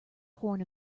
horn